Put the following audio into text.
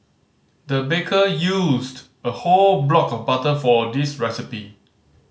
the baker used a whole block of butter for this recipe